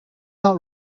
not